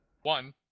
one